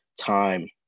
time